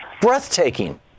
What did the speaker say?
breathtaking